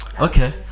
Okay